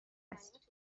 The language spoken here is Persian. است